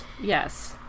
Yes